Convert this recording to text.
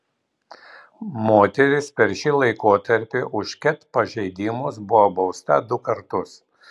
moteris per šį laikotarpį už ket pažeidimus buvo bausta du kartus